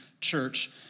church